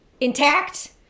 intact